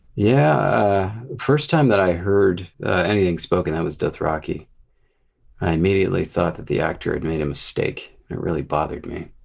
yeah first time that i heard anything spoken it was dothraki i immediately thought that the actor had made a mistake. it really bothered me.